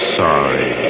sorry